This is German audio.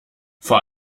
vor